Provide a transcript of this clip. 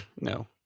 No